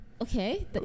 Okay